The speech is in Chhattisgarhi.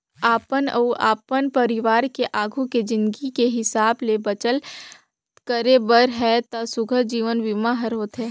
अपन अउ अपन परवार के आघू के जिनगी के हिसाब ले बचत करे बर हे त सुग्घर जीवन बीमा हर होथे